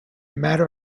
matter